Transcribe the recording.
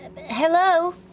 Hello